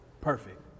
perfect